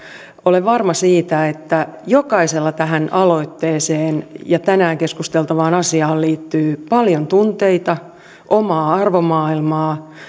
olen varma siitä että jokaisella tähän aloitteeseen ja tänään keskusteltavaan asiaan liittyy paljon tunteita omaa arvomaailmaa